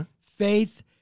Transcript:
faith